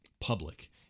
public